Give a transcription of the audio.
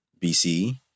BC